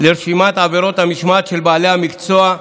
לרשימת עבירות המשמעת של בעלי המקצוע,